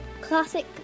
classic